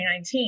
2019